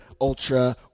Ultra